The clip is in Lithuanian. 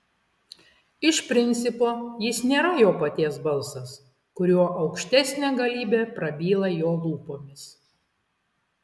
iš principo jis nėra jo paties balsas kuriuo aukštesnė galybė prabyla jo lūpomis